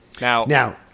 Now